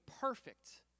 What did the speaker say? perfect